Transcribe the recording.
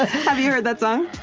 ah have you heard that song?